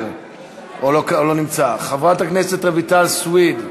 לא נמצא, חברת הכנסת רויטל סויד,